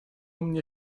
mnie